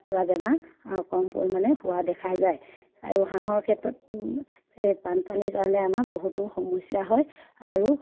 কুকুৰা বেমাৰ কম পৰিমাণে হোৱা দেখা যায় আৰু হাঁহৰ ক্ষেত্ৰত এই বানপানীৰ কাৰণে আমাৰ বহুতো সমস্যা হয় আৰু